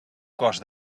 cos